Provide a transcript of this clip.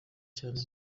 cane